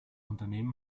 unternehmen